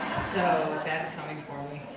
so that's coming for me.